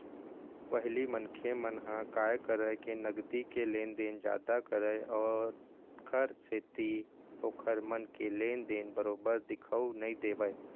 पहिली मनखे मन ह काय करय के नगदी के लेन देन जादा करय ओखर सेती ओखर मन के लेन देन बरोबर दिखउ नइ देवय